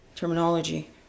Terminology